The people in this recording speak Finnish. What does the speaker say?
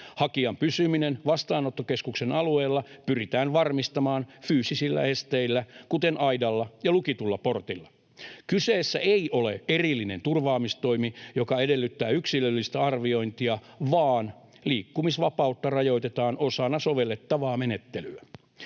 Hakijan pysyminen vastaanottokeskuksen alueella pyritään varmistamaan fyysisillä esteillä, kuten aidalla ja lukitulla portilla. Kyseessä ei ole erillinen turvaamistoimi, joka edellyttää yksilöllistä arviointia, vaan liikkumisvapautta rajoitetaan osana sovellettavaa menettelyä.